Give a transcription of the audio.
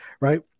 right